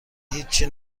هیچی